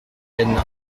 peine